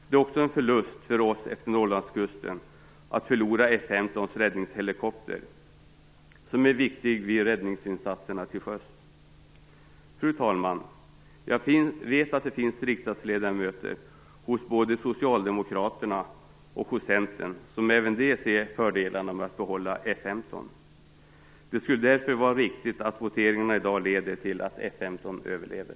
Det är också en förlust för oss efter Norrlandskusten om vi förlorar F 15:s räddningshelikopter, som är viktig vid räddningsinsatser till sjöss. Fru talman! Jag vet att det finns riksdagsledamöter hos både Socialdemokraterna och Centern som även de ser fördelarna med att behålla F 15. Det skulle därför vara riktigt att voteringen i dag leder fram till att F 15 överlever.